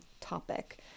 topic